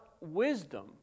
wisdom